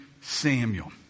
samuel